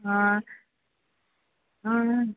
ஆ ஆ ஆ